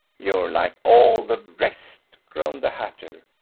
you're like all the rest, groaned the hatter.